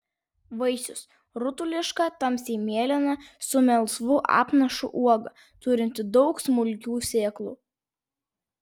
vaisius rutuliška tamsiai mėlyna su melsvu apnašu uoga turinti daug smulkių sėklų